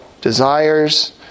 desires